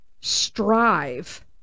strive